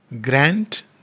Grant